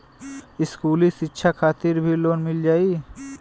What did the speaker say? इस्कुली शिक्षा खातिर भी लोन मिल जाई?